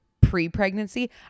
pre-pregnancy